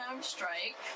strike